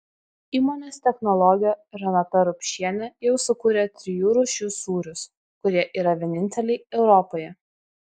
įmonės technologė renata rupšienė jau sukūrė trijų rūšių sūrius kurie yra vieninteliai europoje